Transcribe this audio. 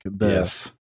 Yes